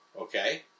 okay